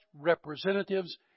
representatives